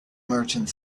merchant